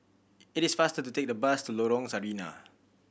it is faster to take the bus to Lorong Sarina